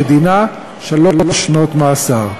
ודינה שלוש שנות מאסר.